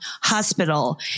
hospital